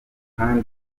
kandi